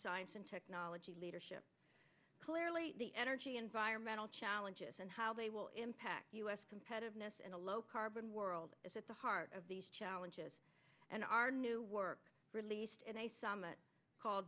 science and technology leadership clearly the energy environmental challenges and how they will impact us competitiveness and a low carbon world is at the heart of these challenges and our new work released at a summit called